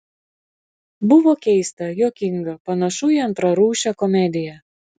buvo keista juokinga panašu į antrarūšę komediją